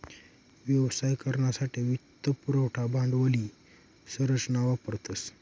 व्यवसाय करानासाठे वित्त पुरवठा भांडवली संरचना वापरतस